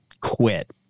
quit